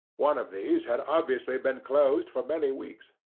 one of these had obviously been closed for many weeks.